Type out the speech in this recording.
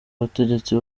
abategetsi